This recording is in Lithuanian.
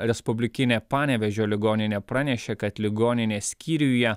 respublikinė panevėžio ligoninė pranešė kad ligoninės skyriuje